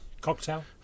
Cocktail